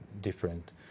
different